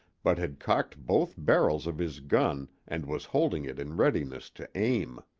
but had cocked both barrels of his gun and was holding it in readiness to aim.